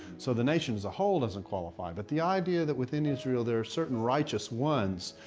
so the nation, as a whole, doesn't qualify. but the idea that within israel there are certain righteous ones.